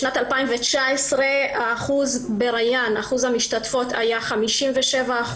בשנת 2019 שיעור המשתתפות בריאן היה 57%,